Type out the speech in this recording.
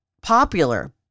popular